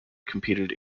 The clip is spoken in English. competed